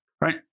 Right